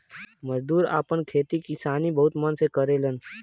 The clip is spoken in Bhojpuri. मजदूर आपन खेती किसानी बहुत मन से करलन